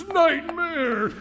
nightmare